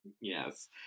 Yes